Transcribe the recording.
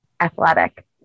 athletic